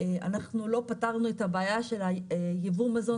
אנחנו לא פתרנו את הבעיה של ייבוא המזון